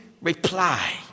reply